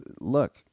Look